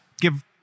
give